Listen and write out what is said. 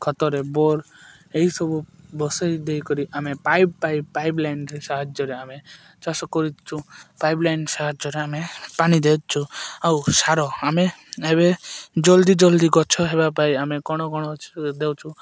ଖତରେ ବୋର୍ ଏହିସବୁ ବସାଇ ଦେଇ କରି ଆମେ ପାଇପ୍ ପାଇପ୍ ପାଇପ୍ ଲାଇନ୍ରେ ସାହାଯ୍ୟରେ ଆମେ ଚାଷ କରିଛୁ ପାଇପ୍ ଲାଇନ୍ ସାହାଯ୍ୟରେ ଆମେ ପାଣି ଦେଉଛୁ ଆଉ ସାର ଆମେ ଏବେ ଜଲ୍ଦି ଜଲ୍ଦି ଗଛ ହେବା ପାଇଁ ଆମେ କ'ଣ କ'ଣ ଦେଉଛୁ